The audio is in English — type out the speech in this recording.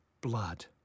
blood